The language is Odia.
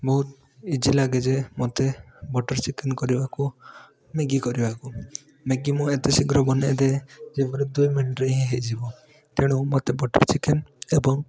ବହୁତ ଇଜି ଲାଗେ ଯେ ମୋତେ ବଟର୍ ଚିକେନ୍ କରିବାକୁ ମ୍ୟାଗି କରିବାକୁ ମ୍ୟାଗି ମୁଁ ଏତେ ଶୀଘ୍ର ବନେଇଦିଏ ଯେପରି ଦୁଇ ମିନିଟରେ ହିଁ ହେଇଯିବ ତେଣୁ ମୋତେ ବଟର୍ ଚିକେନ୍ ଏବଂ